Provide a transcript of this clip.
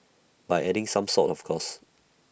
by adding some salt of course